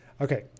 Okay